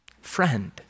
friend